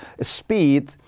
speed